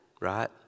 right